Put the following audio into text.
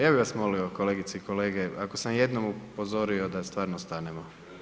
Ja bih vas molio kolegice i kolege ako sam jednom upozorio da stvarno stanemo.